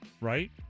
right